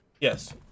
Yes